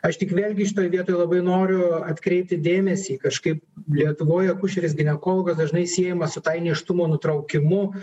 aš tik vėlgi šitoj vietoj labai noriu atkreipti dėmesį į kažkaip lietuvoj akušeris ginekologas dažnai siejamas su tai nėštumo nutraukimu